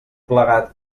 plegat